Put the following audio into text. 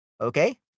okay